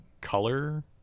color